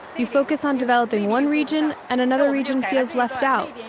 you focus on developing one region and another region feels left out.